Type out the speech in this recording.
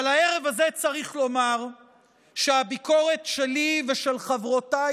אבל הערב הזה צריך לומר שהביקורת שלי ושל חברותיי